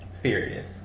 Furious